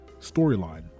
storyline